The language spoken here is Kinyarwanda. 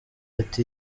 ati